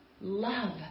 love